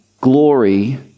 glory